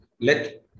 Let